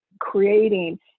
creating